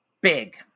big